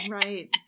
right